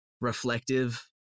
reflective